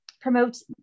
promotes